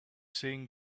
saying